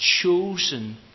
chosen